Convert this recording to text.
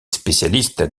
spécialiste